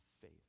faith